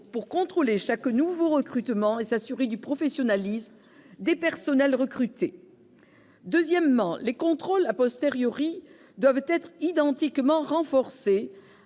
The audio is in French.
pour contrôler chaque nouveau recrutement et s'assurer du professionnalisme des personnels recrutés. Deuxièmement, les contrôles doivent être identiquement renforcés,